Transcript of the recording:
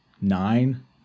nine